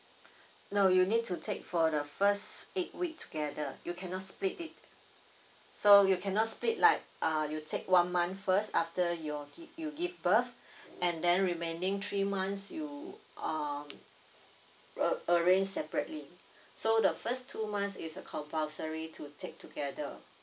no you need to take for the first eight week together you cannot split it so you cannot split like uh you take one month first after your you give birth and then remaining three months you uh uh arrange separately so the first two months is a compulsory to take together